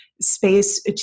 space